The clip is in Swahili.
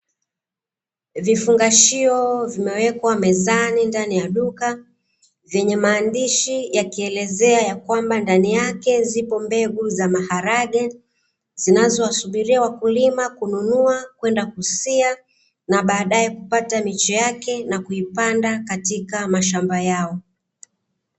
Vifungashio vimewekwa mezani ndani ya duka, vyenye maandishi yakielezea ya kwamba ndani yake zipo mbegu za maharage, zinazowasubiria wakulima kununua kwenda kusia, na baadae kupata miche yake na kuipanda katika mashamba yao.